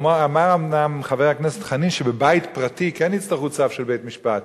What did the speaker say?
אומנם חבר הכנסת חנין אמר שבבית פרטי כן יצטרכו צו של בית-משפט,